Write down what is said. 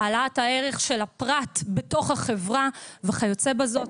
העלאת הערך של הפרט בתוך החברה וכיוצא בזאת.